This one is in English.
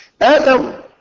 Adam